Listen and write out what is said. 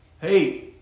Hey